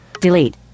Delete